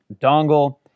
dongle